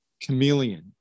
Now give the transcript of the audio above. Chameleon